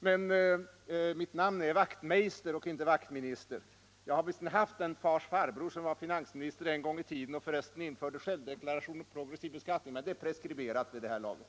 Men mitt namn är Wachtmeister och inte Wachtminister. Jag har visserligen haft en fars farbror, som var finansminister en gång i tiden och förresten införde självdeklaration och progressiv beskattning, men det är preskriberat vid det här laget.